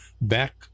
back